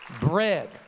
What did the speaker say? bread